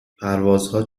پروازها